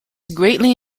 greatly